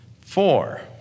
Four